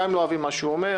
גם אם לא אוהבים מה שהוא אומר.